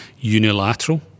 unilateral